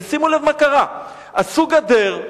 שימו לב מה קרה: עשו גדר,